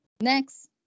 Next